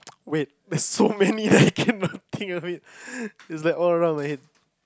wait there's so many I cannot think of it is like all around the head